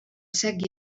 sec